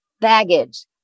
baggage